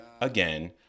again